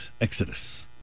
Exodus